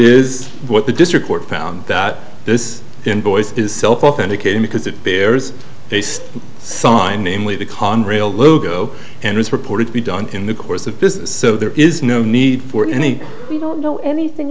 is what the district court found that this invoice is authenticated because it bears based sign namely the conrail logo and is reported to be done in the course of business so there is no need for any we don't know anything